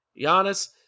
Giannis